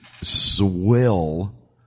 swill